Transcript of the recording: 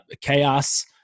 Chaos